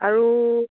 আৰু